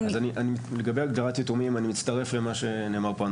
לגבי הגדרת "יתומים", אני מצטרף למה שנאמר פה.